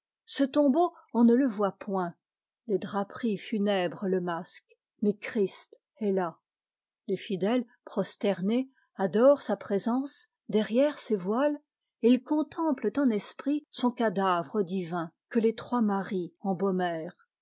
ce tombeau on ne le voit pôint des draperies funèbres le masquent mais christ est là les fidèles prosternés adorent sa présence derrière ces voiles et ils contemplent en esprit son cadavre divin que les trois marie